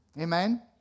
Amen